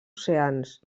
oceans